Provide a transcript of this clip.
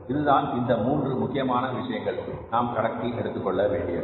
இதுதான் இந்த மூன்று முக்கியமான விஷயங்கள் நாம் கணக்கில் எடுத்துக் கொள்ள வேண்டியது